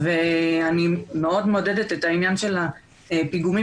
אני מאוד מעודדת את העניין של הפיגומים